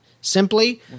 Simply